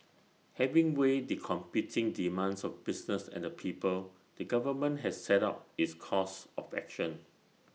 having weighed the competing demands of business and the people the government has set out its course of action